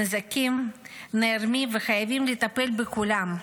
הנזקים נערמים, וחייבים לטפל בכולם.